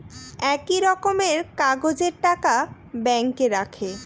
একই রকমের কাগজের টাকা ব্যাঙ্কে রাখে